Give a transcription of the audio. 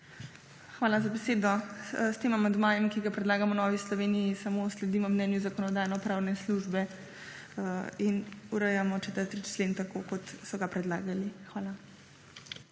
Hvala za besedo. S tem amandmajem, ki ga predlagamo v Novi Sloveniji samo sledimo mnenju Zakonodajno-pravne službe in urejamo 4. člen tako kot so ga predlagali. Hvala.